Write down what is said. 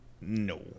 No